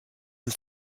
and